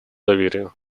доверия